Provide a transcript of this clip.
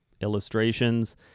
illustrations